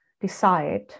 decide